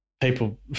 People